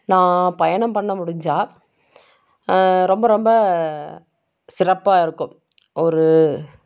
நான் பயணம் பண்ண முடிஞ்சால் ரொம்ப ரொம்ப சிறப்பாக இருக்கும் ஒரு